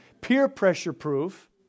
peer-pressure-proof